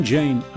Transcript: Jane